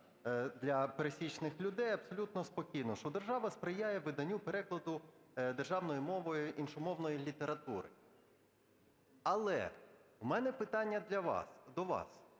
для пересічних людей абсолютно спокійно, що держава сприяє виданню, перекладу державною мовою іншомовної літератури. Але у мене питання до вас: